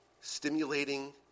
stimulating